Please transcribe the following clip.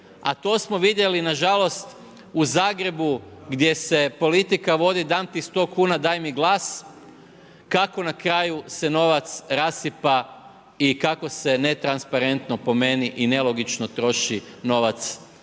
a to smo vidjeli, nažalost u Zagrebu, gdje se politika vodi dam ti 100 kn, daj mi glas, kako n kraju se novac rasipa i kako se netransparentno po meni i nelogično troši novac poreznih